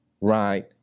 Right